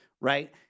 right